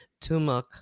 Tumuk